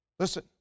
Listen